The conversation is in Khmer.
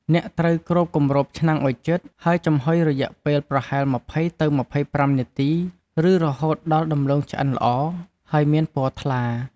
អ្នកត្រូវគ្របគម្របឆ្នាំងឱ្យជិត ហើយចំហុយរយៈពេលប្រហែល ២០ ទៅ ២៥ នាទី ឬរហូតដល់ដំឡូងឆ្អិនល្អ ហើយមានពណ៌ថ្លា។